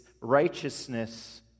righteousness